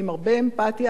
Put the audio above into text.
עם הרבה אמפתיה,